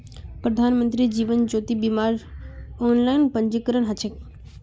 प्रधानमंत्री जीवन ज्योति बीमार ऑनलाइन पंजीकरण ह छेक